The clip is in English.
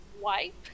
wipe